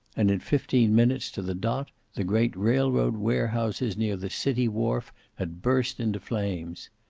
and in fifteen minutes to the dot the great railroad warehouses near the city wharf had burst into flames.